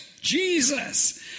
Jesus